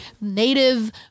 native